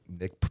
Nick